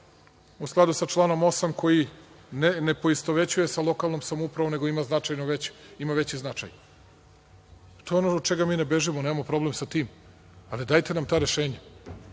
u skladu sa članom 8. koji ne poistovećuje sa lokalnom samoupravom, nego ima veći značaj. To je ono od čega mi ne bežimo. Nemamo problem sa tim, ali dajte nam ta rešenja.